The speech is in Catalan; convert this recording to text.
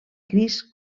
crist